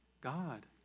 God